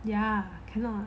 ya cannot